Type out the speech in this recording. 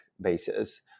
basis